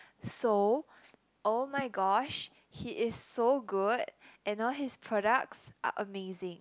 so oh my gosh he is so good and all his products are amazing